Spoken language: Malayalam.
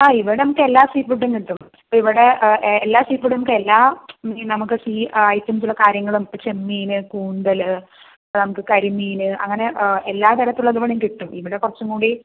ആ ഇവിടെ നമുക്ക് എല്ലാ സീഫുഡും കിട്ടും ഇപ്പം ഇവിടെ എല്ലാ സീഫുഡും നമുക്ക് എല്ലാ നമുക്ക് സീ ഐറ്റംസിൽ ഉള്ള കാര്യങ്ങളും ഇപ്പ ചെമ്മീൻ കൂന്തൽ നമുക്ക് കരിമീൻ അങ്ങനെ എല്ലാ തരത്തിലും ഉള്ളതും കിട്ടും ഇവിടെ കുറച്ചുംകൂടി